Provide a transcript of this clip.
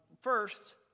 first